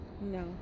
No